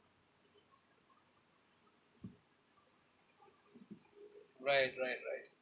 right right right